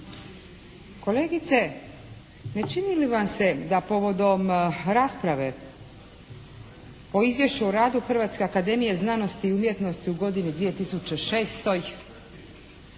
Kolegice, ne čini li vam se da povodom rasprave o Izvješću o radu Hrvatske akademije znanosti i umjetnosti u godini 2006.